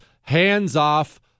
hands-off